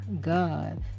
God